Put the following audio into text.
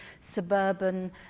suburban